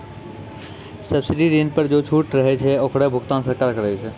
subsidy ऋण पर जे छूट रहै छै ओकरो भुगतान सरकार करै छै